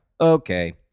okay